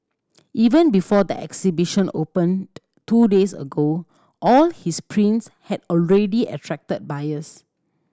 even before the exhibition opened two days ago all his prints had already attracted buyers